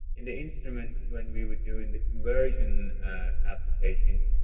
and the instrument, when we were doing the conversion application,